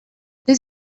this